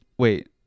Wait